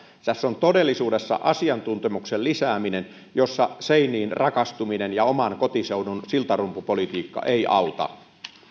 tässä on todellisuudessa kyseessä asiantuntemuksen lisääminen jossa seiniin rakastuminen ja oman kotiseudun siltarumpupolitiikka ei auta